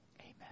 Amen